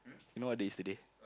you know what day is today